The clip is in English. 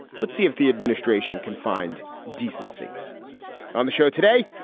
let's see if the administration can find decency on the show today.